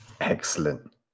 Excellent